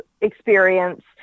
experience